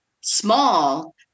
small